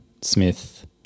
Smith